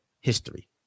history